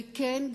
וכן,